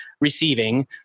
receiving